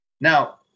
Now